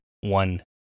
one